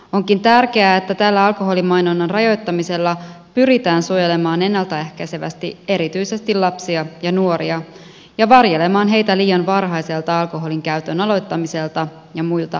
onkin tärkeää että tällä alkoholimainonnan rajoittamisella pyritään suojelemaan ennalta ehkäisevästi erityisesti lapsia ja nuoria ja varjelemaan heitä liian varhaiselta alkoholinkäytön aloittamiselta ja muilta alkoholihaitoilta